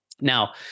Now